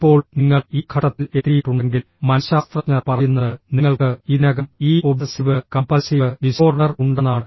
ഇപ്പോൾ നിങ്ങൾ ഈ ഘട്ടത്തിൽ എത്തിയിട്ടുണ്ടെങ്കിൽ മനശ്ശാസ്ത്രജ്ഞർ പറയുന്നത് നിങ്ങൾക്ക് ഇതിനകം ഈ ഒബ്സസീവ് കംപൽസീവ് ഡിസോർഡർ ഉണ്ടെന്നാണ്